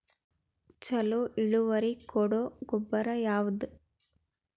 ಛಲೋ ಇಳುವರಿ ಕೊಡೊ ಗೊಬ್ಬರ ಯಾವ್ದ್?